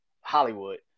Hollywood